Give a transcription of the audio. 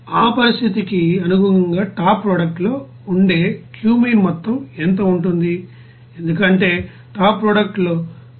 ఆ పరిస్థితికి అనుగుణంగా టాప్ ప్రొడక్ట్ లో ఉండే క్యూమీన్ మొత్తం ఎంత ఉంటుంది ఎందుకంటే టాప్ ప్రొడక్ట్ లో 98